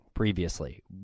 previously